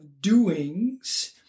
doings